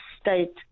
state